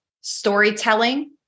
storytelling